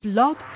Blog